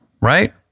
right